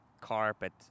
carpet